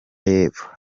y’epfo